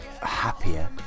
happier